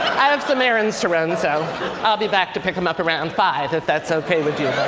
i have some errands to run. so i'll be back to pick them up around five, if that's ok with you. huh?